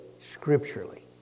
scripturally